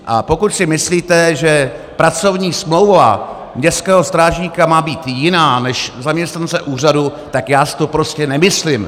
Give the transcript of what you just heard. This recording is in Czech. A pokud si myslíte, že pracovní smlouva městského strážníka má být jiná než zaměstnance úřadu, tak já si to prostě nemyslím.